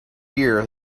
year